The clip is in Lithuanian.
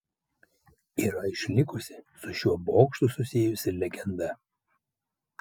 yra išlikusi su šiuo bokštu susijusi legenda